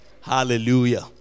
Hallelujah